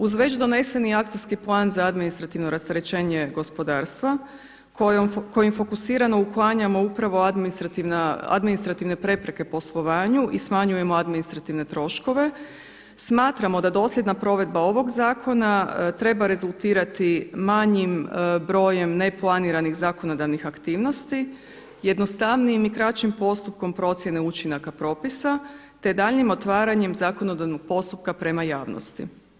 Uz već doneseni akcijski plan za administrativno rasterećenje gospodarstva kojim fokusirano uklanjamo upravo administrativne prepreke poslovanju i smanjujemo administrativne troškove smatramo da dosljedna provedba ovog zakona treba rezultirati manjim brojem neplaniranih zakonodavnih aktivnosti, jednostavnijim i kraćim postupkom procjene učinaka propisa, te daljnjem otvaranjem zakonodavnog postupka prema javnosti.